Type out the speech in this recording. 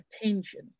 attention